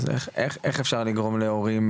איך אפשר לגרום להורים,